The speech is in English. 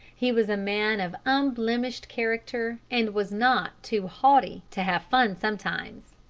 he was a man of unblemished character, and was not too haughty to have fun sometimes.